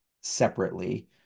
separately